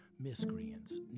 Miscreants